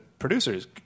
producers